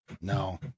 No